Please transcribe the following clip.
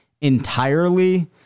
entirely